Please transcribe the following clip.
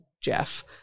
Jeff